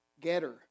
Getter